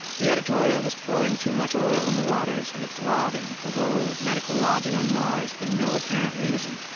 the editorial was pouring too much oil on the waters in its lauding of the role of medical lobby on mars for no apparent reason.